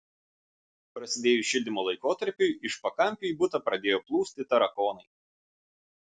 prasidėjus šildymo laikotarpiui iš pakampių į butą pradėjo plūsti tarakonai